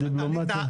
ובדיפלומטיה?